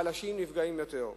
החלשים נפגעים יותר.